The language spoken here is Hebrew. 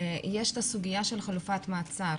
יש את הסוגיה של חלופת מעצר,